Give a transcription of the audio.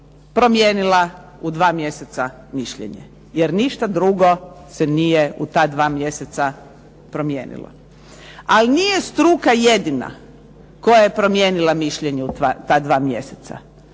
promijenila u dva mjeseca mišljenje. Jer ništa drugo se nije u ta dva mjeseca promijenilo. Ali nije struka jedina koja je promijenila mišljenje u ta dva mjeseca.